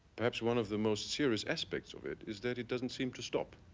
perhaps one of the most serious aspects of it is that it doesn't seem to stop.